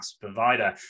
provider